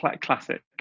classic